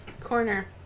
Corner